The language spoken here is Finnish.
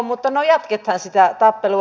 mutta no jatketaan sitä tappelua